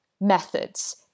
methods